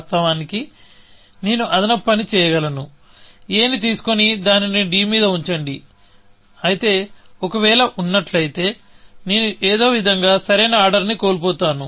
వాస్తవానికి నేను అదనపు పని చేయగలను a ని తీసుకొని దానిని d మీద ఉంచండి అయితే ఒకవేళ ఉన్నట్లయితే నేను ఏదో విధంగా సరైన ఆర్డర్ ని కోల్పోతున్నాను